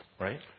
right